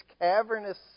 cavernous